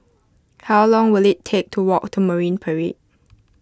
how long will it take to walk to Marine Parade